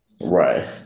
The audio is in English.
Right